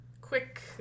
quick